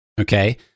Okay